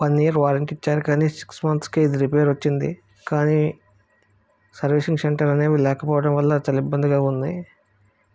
one year warranty ఇచ్చారు కానీ six మంత్స్కు ఇది రిపేర్ వచ్చింది కానీ సర్వీసింగ్ సెంటర్ అనేవి లేకపోవడం వల్ల చాలా ఇబ్బందిగా ఉంది